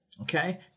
Okay